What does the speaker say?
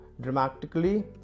dramatically